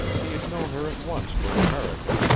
he had known her at once for an american,